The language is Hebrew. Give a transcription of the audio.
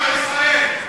הוא הגיש פרחים, המחבל הזה.